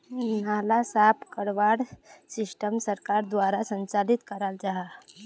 नाला साफ करवार सिस्टम सरकार द्वारा संचालित कराल जहा?